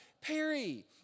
Perry